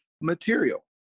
material